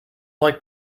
like